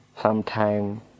sometime